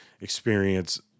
experience